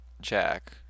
Jack